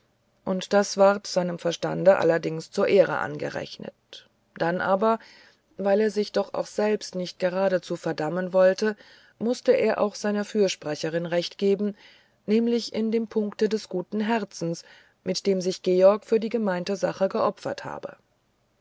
und das ward seinem verstande allerdings zur ehre angerechnet dann aber weil er sich doch auch selbst nicht geradezu verdammen wollte mußte er auch seiner fürsprecherin recht geben nämlich im punkte des guten herzens mit dem sich georg für die vermeinte sache geopfert habe